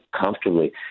comfortably